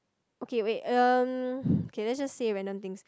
okay wait um let's just say random things